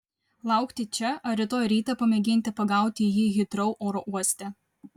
laukti čia ar rytoj rytą pamėginti pagauti jį hitrou oro uoste